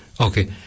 Okay